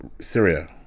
Syria